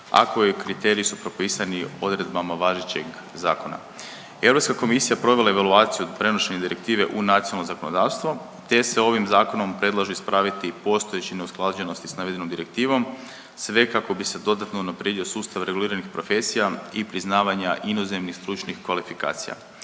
a koji kriteriji su propisani odredbama važećeg zakona. Europska komisija provela je evaluaciju prenošenja direktive u nacionalno zakonodavstvo te se ovim zakonom predlaže ispraviti postojeće neusklađenosti s navedenom direktivom, sve kako bi se dodatno unaprijedio sustav reguliranih profesija i priznavanja inozemnih stručnih kvalifikacija.